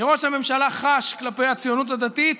שראש הממשלה חש כלפי הציונות הדתית,